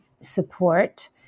support